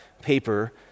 paper